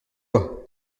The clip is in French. voient